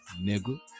Nigga